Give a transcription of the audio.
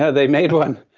yeah they made one.